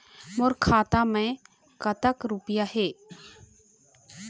मोर खाता मैं कतक रुपया हे?